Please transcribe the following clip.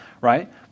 right